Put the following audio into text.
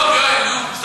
תודה רבה.